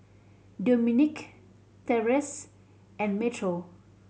Domonique Terese and Metro